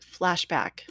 flashback